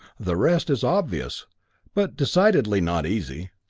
the rest is obvious but decidedly not easy.